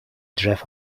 drzew